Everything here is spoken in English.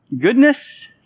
goodness